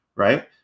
Right